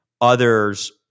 others